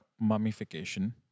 mummification